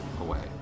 away